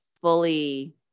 fully